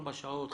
ארבע שעות?